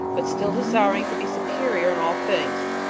but still desiring to be superior in all things.